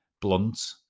blunt